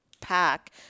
pack